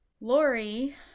Lori